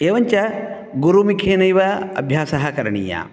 एवञ्च गुरुमुखेनैव अभ्यासः करणीयः